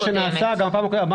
וזה מה שנעשה גם בפעם הקודמת.